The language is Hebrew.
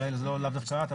לאו דווקא את,